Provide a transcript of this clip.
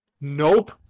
nope